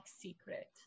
secret